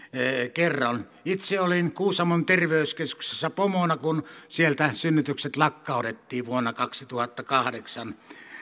kerron itse olin kuusamon terveyskeskuksessa pomona kun sieltä synnytykset lakkautettiin vuonna kaksituhattakahdeksan